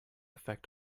effect